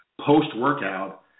post-workout